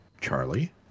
Charlie